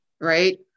right